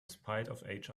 spite